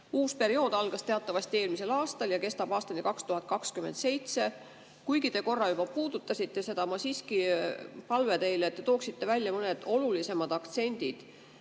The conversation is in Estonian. Uus periood algas teatavasti eelmisel aastal ja kestab aastani 2027. Kuigi te korra juba puudutasite seda, siiski palve teile, et te tooksite välja mõned olulisemad aktsendid